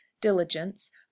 diligence